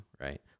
Right